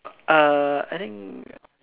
uh I think